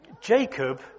Jacob